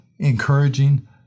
encouraging